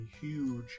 huge